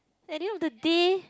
at the end of the day